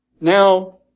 now